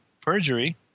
perjury